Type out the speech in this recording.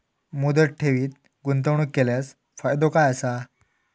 मुदत ठेवीत गुंतवणूक केल्यास फायदो काय आसा?